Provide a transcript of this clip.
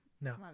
No